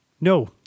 No